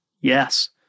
Yes